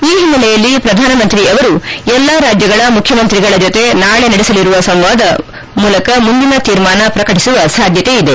ಈ ಹಿನ್ನೆಲೆಯಲ್ಲಿ ಪ್ರಧಾನಮಂತ್ರಿ ಅವರು ಎಲ್ಲಾ ರಾಜ್ಯಗಳ ಮುಖ್ಯಮಂತ್ರಿಗಳ ಜೊತೆ ನಾಳೆ ನಡೆಸಲಿರುವ ಸಂವಾದ ಮೂಲಕ ಮುಂದಿನ ತೀರ್ಮಾನ ಪ್ರಕಟಿಸುವ ಸಾಧ್ಯತೆ ಇದೆ